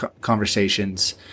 conversations